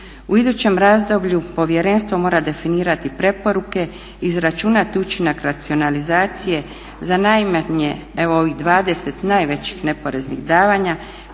U idućem razdoblju povjerenstvo mora definirati preporuke, izračunati učinak racionalizacije za najmanje evo ovih 20 najvećih neporeznih davanja